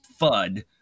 fud